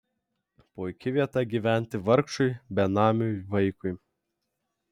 puiki vieta gyventi vargšui benamiui vaikui